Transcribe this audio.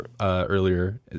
earlier